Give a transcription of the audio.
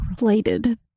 related